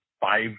five